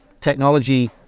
Technology